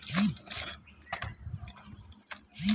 আমার ধন খেতে কিছু বাদামী শোষক পোকা পড়েছে কি করতে হবে?